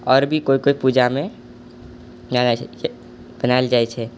आओर भी कोइ कोइ पूजामे लागैत छै बनाएल जाइत छै